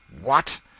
What